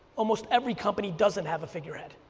almost every company doesn't have a figurehead.